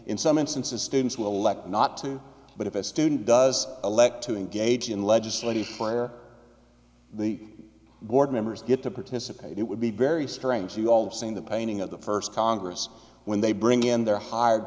in some instances students will like not to but if a student does elect to engage in legislative where the board members get to participate it would be very strange you all have seen the painting of the first congress when they bring in their hired